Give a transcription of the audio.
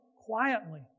quietly